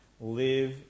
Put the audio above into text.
live